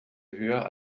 höher